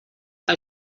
pel